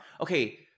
Okay